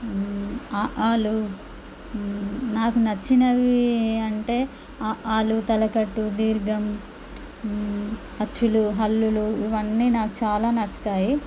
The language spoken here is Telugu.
అఆలు నాకు నచ్చినవి అంటే అఆలు తలకట్టు దీర్ఘం అచ్చులు హాల్లులు ఇవన్నీ నాకు చాలా నచ్చుతాయి